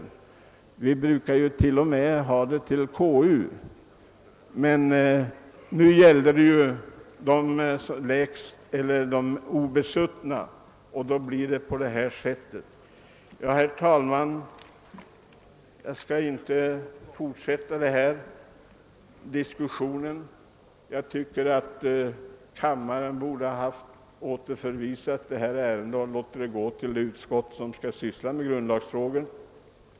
De frågorna brukar vi ju annars hänskjuta till konstitutionsutskottet. Men denna gång har det gällt de obesuttna, och då har det blivit som det blivit. Herr talman! Jag skall icke ytterligare dra ut på diskussionen. Kammaren borde ha återförvisat detta ärende till det utskott som skall handlägga grund lagsfrågor.